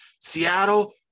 Seattle